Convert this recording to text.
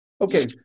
Okay